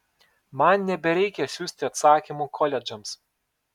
man nebereikia siųsti atsakymų koledžams